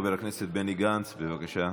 חבר הכנסת בני גנץ, בבקשה.